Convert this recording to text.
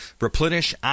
Replenish